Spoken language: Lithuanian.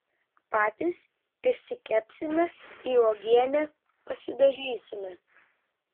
patys išsikepsime į uogienę pasidažysime